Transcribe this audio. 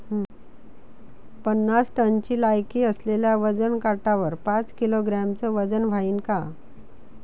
पन्नास टनची लायकी असलेल्या वजन काट्यावर पाच किलोग्रॅमचं वजन व्हईन का?